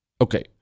Okay